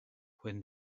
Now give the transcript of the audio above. when